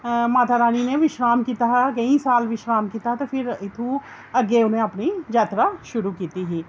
ते माता रानी नै विश्राम कीता हा केईं साल विश्राम कीता हा ते फ्ही इत्थुं दा अग्गें उ'नें अपनी जात्तरा शुरू कीती ही